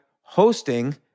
hosting